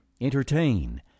entertain